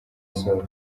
izuba